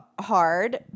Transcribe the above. hard